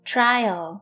Trial